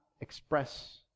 express